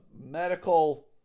medical